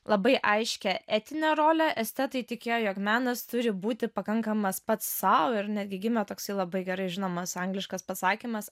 labai aiškią etinę rolę estetai tikėjo jog menas turi būti pakankamas pats sau ir netgi gimė toksai labai gerai žinomas angliškas pasakymas